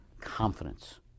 confidence